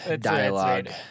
dialogue